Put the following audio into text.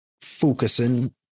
focusing